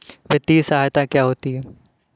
वित्तीय सहायता क्या होती है?